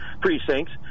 precincts